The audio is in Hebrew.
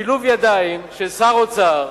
שילוב ידיים של שר האוצר,